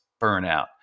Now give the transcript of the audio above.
burnout